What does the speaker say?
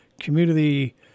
community